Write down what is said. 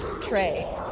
Trey